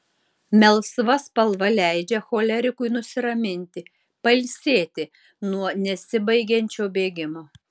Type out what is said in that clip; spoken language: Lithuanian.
melsva spalva leidžia cholerikui nusiraminti pailsėti nuo nesibaigiančio bėgimo